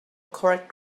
correct